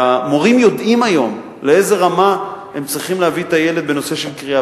והמורים יודעים היום לאיזו רמה הם צריכים להביא את הילד בנושא של קריאה,